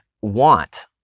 want